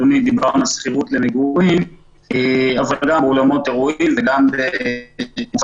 דיברנו על שכירות למגורים אבל גם אולמות אירועים וגם ---.